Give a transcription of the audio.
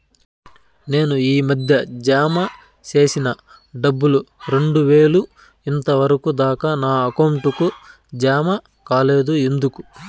నేను ఈ మధ్య జామ సేసిన డబ్బులు రెండు వేలు ఇంతవరకు దాకా నా అకౌంట్ కు జామ కాలేదు ఎందుకు?